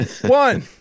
one